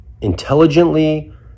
intelligently